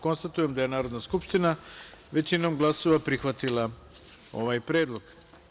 Konstatujem da je Narodna skupština većinom glasova prihvatila ovaj predlog.